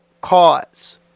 cause